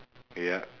yup